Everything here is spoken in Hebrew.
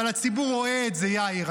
אבל הציבור רואה את זה, יאיר.